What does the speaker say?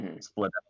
split